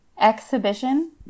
Exhibition